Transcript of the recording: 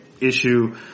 issue